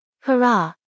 Hurrah